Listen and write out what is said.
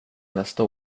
nästa